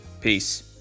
Peace